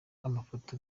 amafoto